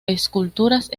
esculturas